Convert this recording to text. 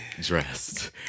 dressed